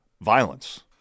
violence